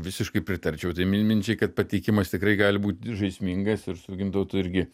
visiškai pritarčiau tai mi minčiai kad pateikimas tikrai gali būt žaismingas ir su gintautu irgi